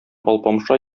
алпамша